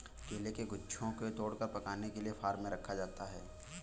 केले के गुच्छों को तोड़कर पकाने के लिए फार्म में रखा जाता है